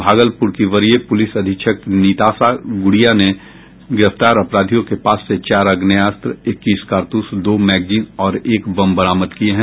भागलपुर की वरीय पूलिस अधीक्षक निताशा गूड़िया ने गिरफ्तार अपराधियों के पास से चार आग्नेयास्त्र इक्कीस कारतूस दो मैगजीन और एक बम बरामद किये गए हैं